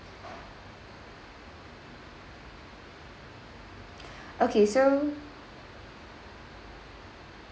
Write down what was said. okay so